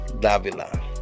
Davila